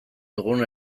dugun